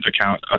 account